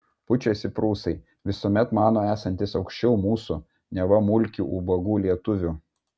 pučiasi prūsai visuomet mano esantys aukščiau mūsų neva mulkių ubagų lietuvių